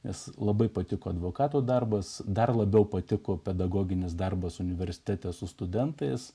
nes labai patiko advokato darbas dar labiau patiko pedagoginis darbas universitete su studentais